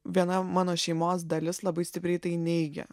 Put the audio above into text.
viena mano šeimos dalis labai stipriai tai neigė